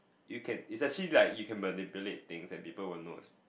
you can it's actually like you can manipulate things that people would knows